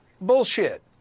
bullshit